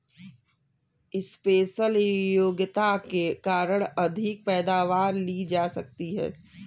special योग्यता के कारण अधिक पैदावार ली जा सकती है